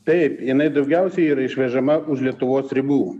taip jinai daugiausiai yra išvežama už lietuvos ribų